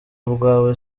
urwawe